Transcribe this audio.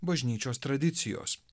bažnyčios tradicijos